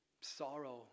sorrow